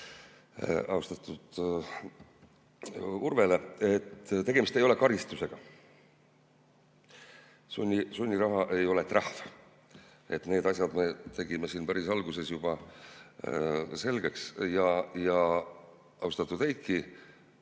austatud Urvele: tegemist ei ole karistusega, sunniraha ei ole trahv. Need asjad me tegime siin päris alguses juba selgeks. Austatud Heiki!